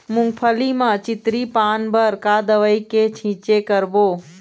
मूंगफली म चितरी पान बर का दवई के छींचे करबो?